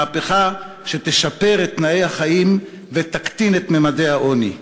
מהפכה שתשפר את תנאי החיים ותקטין את ממדי העוני.